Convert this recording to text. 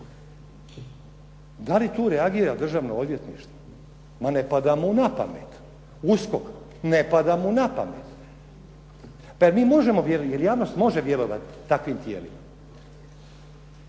Da li tu reagira Državno odvjetništvo? Ma ne pada mu na pamet. USKOK? Ne pada mu na pamet. Pa jel mi možemo, jel javnost može vjerovati takvim tijelima?